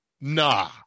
Nah